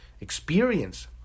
experience